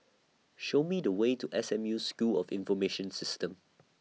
Show Me The Way to S M U School of Information Systems